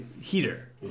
Heater